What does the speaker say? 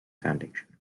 foundation